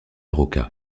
rocca